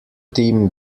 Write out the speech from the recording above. team